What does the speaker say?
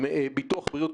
עם ביטוח בריאות,